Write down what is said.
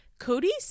Cody